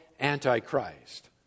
Antichrist